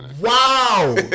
Wow